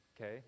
Okay